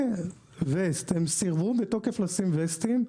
הם סירבו בתוקף לשים ווסטים,